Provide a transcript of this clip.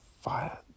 fire